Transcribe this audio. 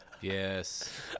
Yes